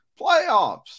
playoffs